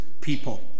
people